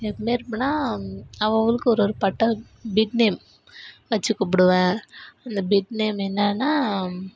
எப்போயுமே இருப்பேனா அவுங்கவங்களுக்கு ஒரு ஒரு பட்ட பிட் நேம் வச்சுக் கூப்பிடுவேன் அந்த பிட் நேம் என்னான்னால்